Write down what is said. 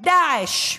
דאעש.